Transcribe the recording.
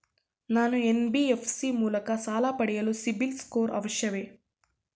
ನಾನು ಎನ್.ಬಿ.ಎಫ್.ಸಿ ಮೂಲಕ ಸಾಲ ಪಡೆಯಲು ಸಿಬಿಲ್ ಸ್ಕೋರ್ ಅವಶ್ಯವೇ?